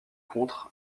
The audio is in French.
contre